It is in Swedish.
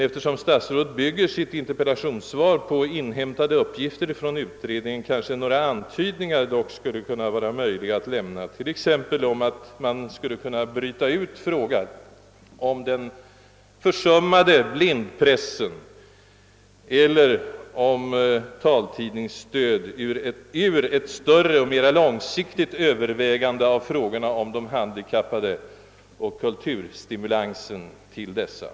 Eftersom statsrådet bygger sitt interpellationssvar på inhämtade uppgifter från utredningen, kanske några antydningar dock skulle kunna vara möjliga att lämna, t.ex. om att man skulle kunna bryta ut frågan om den försummade blindpressen eller om taltidningsstödet ur ett större och mera långsiktigt övervägande av frågorna om kulturell stimulans åt de handikappade.